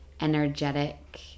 energetic